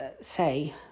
say